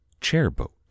Chairboat